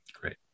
Great